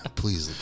please